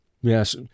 Yes